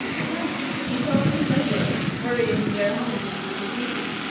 at length he saw two laborers hurrying to their homes through the fields,